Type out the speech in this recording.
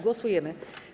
Głosujemy.